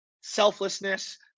selflessness